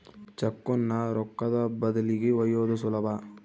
ಚೆಕ್ಕುನ್ನ ರೊಕ್ಕದ ಬದಲಿಗಿ ಒಯ್ಯೋದು ಸುಲಭ